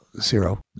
Zero